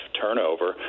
turnover